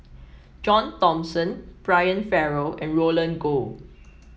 John Thomson Brian Farrell and Roland Goh